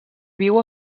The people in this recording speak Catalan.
viu